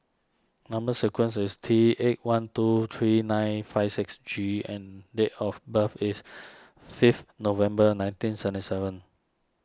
Number Sequence is T eight one two three nine five six G and date of birth is fifth November nineteen seventy seven